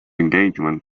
engagement